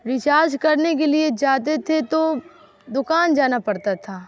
recharge کرنے کے لیے جاتے تھے تو دکان جانا پڑتا تھا